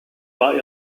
war